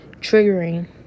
triggering